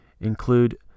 include